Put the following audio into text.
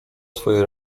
swoje